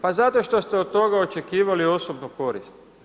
Pa zato što ste od toga očekivali osobnu korist.